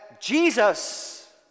Jesus